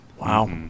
wow